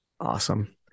Awesome